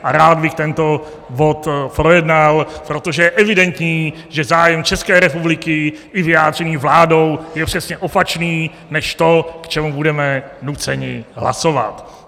A rád bych tento bod projednal, protože je evidentní, že zájem České republiky i vyjádřený vládou je přesně opačný než to, k čemu budeme nuceni hlasovat.